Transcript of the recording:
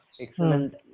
Excellent